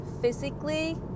physically